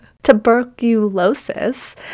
tuberculosis